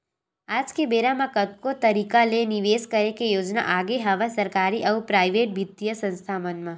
आज के बेरा म कतको तरिका ले निवेस करे के योजना आगे हवय सरकारी अउ पराइेवट बित्तीय संस्था मन म